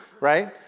right